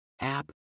app